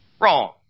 Wrong